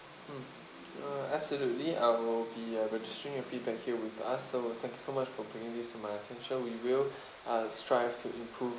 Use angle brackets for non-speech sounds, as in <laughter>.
mm uh absolutely I will be uh registering your feedback here with us so thank so much for bringing this to my attention we will <breath> uh strive to improve